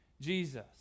Jesus